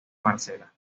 marcela